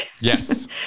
Yes